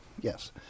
Yes